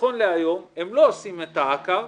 נכון להיום הם לא עושים את האקר,